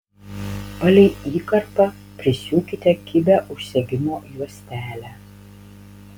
palei įkarpą prisiūkite kibią užsegimo juostelę